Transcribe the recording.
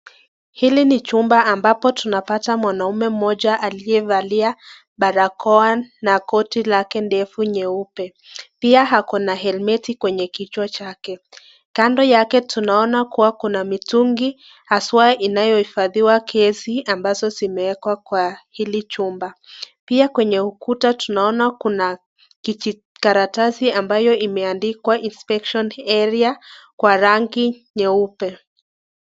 Hili ni chunba ambapo tunapata mwanaume mmoja aliyevalia barakoa na koti lake ndefu nyeupe. Pia ako na helmeti kwenye kichwa chake. Kando yake tunaona kuwa kuna mitungi haswa inayoifadhiwa gesi ambazo zimewekwa kwa hili chumba. Pia kwenye ukuta tunaona kuna kijikaratasi ambayo imeandikwa inspection area kwa rangi nyeupe.